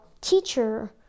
teacher